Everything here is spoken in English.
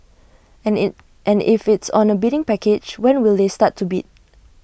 and E and if it's on A bidding package when will they start to be